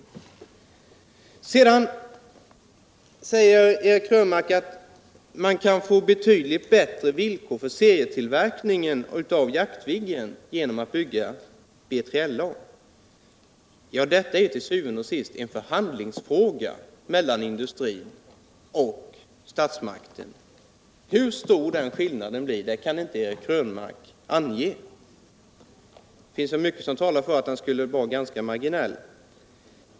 Man kan, säger Eric Krönmark, få betydligt bättre villkor för serietillverkningen av Jaktviggen genom att bygga BJLA. Detta är til syvende og sidst en förhandlingsfråga mellan industrin och statsmakterna. Hur stor den skillnaden blir kan inte Eric Krönmark ange. Det finns mycket som talar för att den skulle vara ganska marginell.